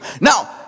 Now